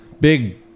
big